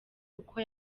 kuko